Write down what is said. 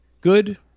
good